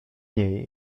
niej